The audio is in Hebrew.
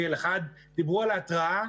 זקן, בבקשה.